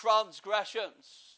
transgressions